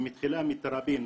היא מתחילה מטרבין,